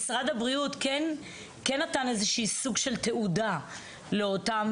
- משרד הבריאות נתן סוג של תעודה לאותם